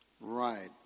Right